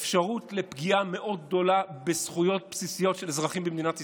אפשרות לפגיעה מאוד גדולה בזכויות בסיסיות של אזרחים במדינת ישראל,